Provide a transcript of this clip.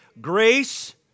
Grace